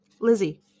Lizzie